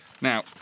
Now